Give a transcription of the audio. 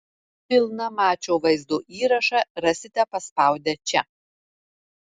pilną mačo vaizdo įrašą rasite paspaudę čia